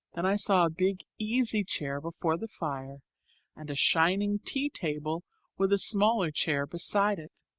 then i saw a big easy chair before the fire and a shining tea table with a smaller chair beside it.